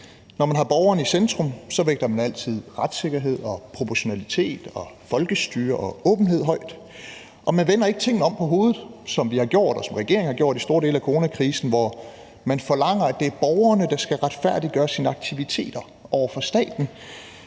Når man har borgeren i centrum, vægter man altid retssikkerhed og proportionalitet og folkestyre og åbenhed højst, og man vender ikke tingene på hovedet, eller – som regeringen har gjort i store dele af coronakrisen – forlanger, at det er borgerne, der skal retfærdiggøre deres aktiviteter over for staten,